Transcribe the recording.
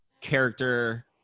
character